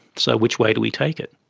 so which way do we take it?